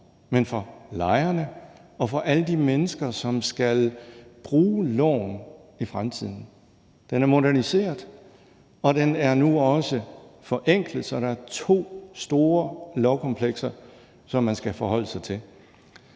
men for lejerne og for alle de mennesker, som skal bruge loven i fremtiden. Den er moderniseret, og den er nu også forenklet, så der er to store lovkomplekser, som man skal forholde sig til.